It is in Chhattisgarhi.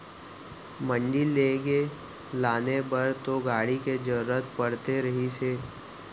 मंडी लेगे लाने बर तो गाड़ी के जरुरत पड़ते रहिस हे